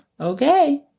Okay